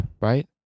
right